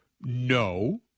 No